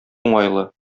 уңайлы